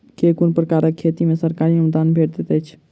केँ कुन प्रकारक खेती मे सरकारी अनुदान भेटैत अछि?